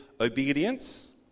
obedience